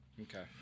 Okay